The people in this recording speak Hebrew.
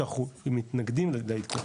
שאנחנו מתנגדים לעדכון.